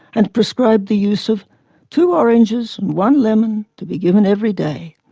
and prescribed the use of two oranges and one lemon, to be given every day'.